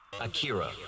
Akira